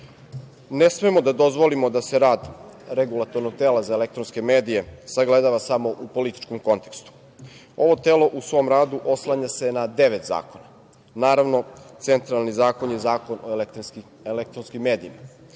smemo da dozvolimo da se rad REM-a sagledava samo u političkom kontekstu. Ovo telo u svom radu oslanja se na devet zakona. Naravno, centralni zakon je Zakon o elektronskim medijima.